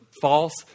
false